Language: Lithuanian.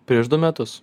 prieš du metus